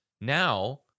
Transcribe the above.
Now